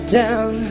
down